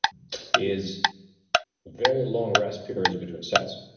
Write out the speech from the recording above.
is very long rest periods between sets.